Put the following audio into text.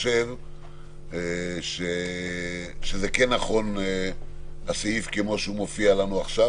שזה כן נכון הסעיף כמו שהוא מופיע לנו עכשיו,